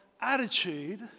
attitude